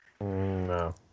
No